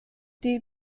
die